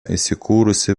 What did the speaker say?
įsikūrusi